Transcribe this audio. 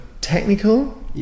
technical